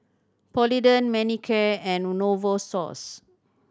Polident Manicare and Novosource